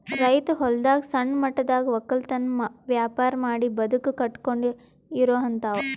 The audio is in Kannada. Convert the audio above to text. ರೈತ್ ಹೊಲದಾಗ್ ಸಣ್ಣ ಮಟ್ಟದಾಗ್ ವಕ್ಕಲತನ್ ವ್ಯಾಪಾರ್ ಮಾಡಿ ಬದುಕ್ ಕಟ್ಟಕೊಂಡು ಇರೋಹಂತಾವ